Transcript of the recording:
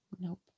Nope